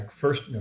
first